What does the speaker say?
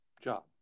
job